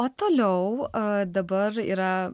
o toliau dabar yra